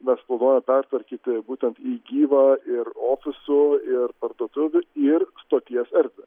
mes planuojam pertvarkyti būtent į gyvą ir ofisų ir parduotuvių ir stoties erdvę